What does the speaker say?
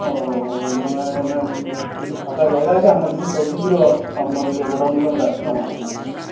ও মানে কিছু ফাঁকা জায়গা আছে আমার কিছু সবজি ছিলো আপনাদের ইয়ে গোডাউনে তো আমি রাখতাম আর কি